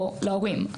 או להורים.